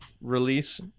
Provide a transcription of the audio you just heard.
release